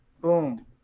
Boom